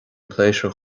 pléisiúir